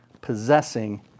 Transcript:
possessing